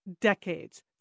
decades